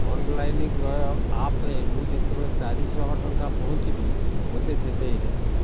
online କ୍ରୟ ଆପ୍ରେ ମୁଁ ଯେତେବେଳେ ଚାରିଶହ ଟଙ୍କା ପହଞ୍ଚିବି ମୋତେ ଚେତାଇ ଦେବ